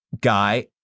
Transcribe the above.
guy